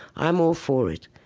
i'm all for it.